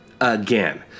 again